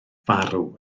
farw